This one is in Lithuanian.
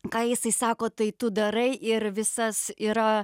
ką jisai sako tai tu darai ir visas yra